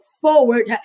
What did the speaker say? forward